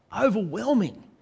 overwhelming